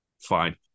fine